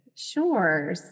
Sure